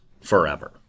forever